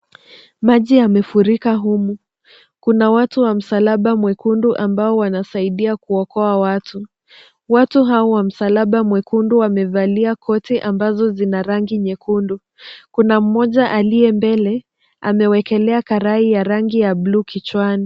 Maji yamefurika humu. Kuna watu wa msalaba mwekundu ambao wanasaidia kuokoa watu. Watu hao wa msalaba mwekundu wamevalia koti ambazo zina rangi nyekundu. Kuna mmoja aliye mbele amewekelea karai ya rangi ya bluu kichwani.